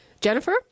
Jennifer